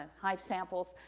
ah hive samples,